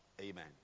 Amen